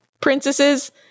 princesses